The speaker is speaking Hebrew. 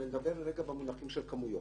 נדבר רגע במונחים של כמויות.